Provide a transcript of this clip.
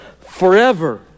forever